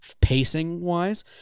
pacing-wise